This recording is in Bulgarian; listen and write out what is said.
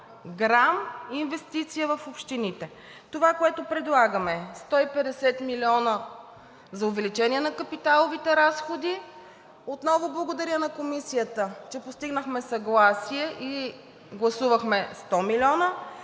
грам инвестиция в общините! Това, което предлагаме, е 150 млн. лв. за увеличение на капиталовите разходи. Отново благодаря на Комисията, че постигнахме съгласие и гласувахме 100 млн.